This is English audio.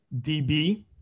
DB